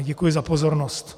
Děkuji za pozornost.